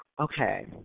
Okay